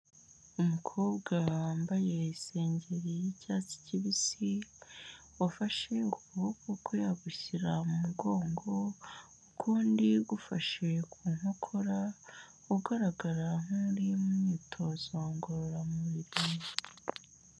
Umukobwa wambaye isengeri y'icyatsi kibisi, wafashe ukuboko kwe agushyira mu mugongo, ukundi gufashe ku nkokora, ugaragara nk'uri mu myitozo ngororamubiri.